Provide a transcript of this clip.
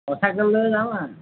অঁ চাইকেল লৈয়ে যাম আ